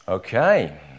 Okay